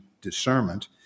discernment